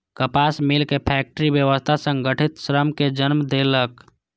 कपास मिलक फैक्टरी व्यवस्था संगठित श्रम कें जन्म देलक